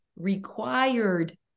required